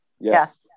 Yes